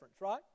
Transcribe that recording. right